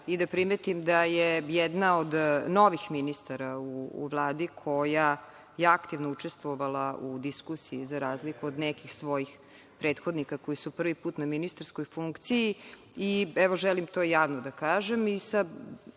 i da primetim da je jedna od novih ministara u Vladi, koja je aktivno učestvovala u diskusiji, za razliku od nekih svojih prethodnika koji su prvi put na ministarskoj funkciji i evo, želim to javno da kažem